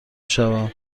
شوم